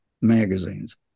magazines